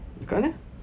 dekat mana